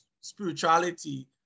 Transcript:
spirituality